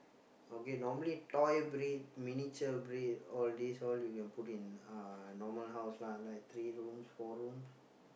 okay normally toy breed miniature breed all these all you can put in uh normal house lah like three rooms four rooms